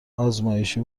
آزمایشی